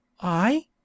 I